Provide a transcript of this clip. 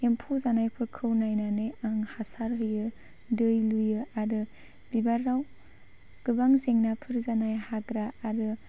एम्फौ जानायफोरखौ नायनानै आं हासार होयो दै लुयो आरो बिबाराव गोबां जेंनाफोर जानाय हाग्रा आरो